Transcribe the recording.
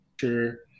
sure